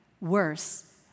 Worse